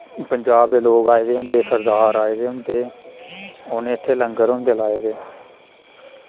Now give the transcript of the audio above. पंजाब दे लोक आए दे होंदे सरदार आये दे होंदे उनें इत्थै लंगर होंदे लाए दे